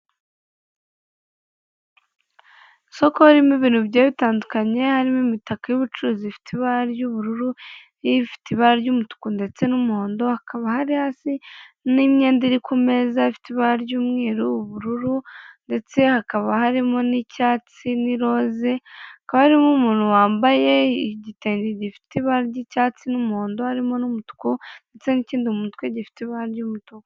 Isoko ririmo ibintu bigiye bitandukanye harimo imitako y'ubucuruzi ifite ibara ry'ubururu , ifite ibara ry'umutuku ndetse n'umuhondo hakaba hari azi n'imyenda iri ku meza ifite ibara ry'umweru ubururu ndetse hakaba harimo n'icyatsi n'iroze hakaba haririmo umuntu wambaye igitede gifite ibara ry'icyatsi n'umuhondo harimo n'umutuku ndetse n'ikindi mu mutwe gifite ibara ry'umutuku.